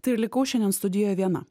tai likau šiandien studijoje viena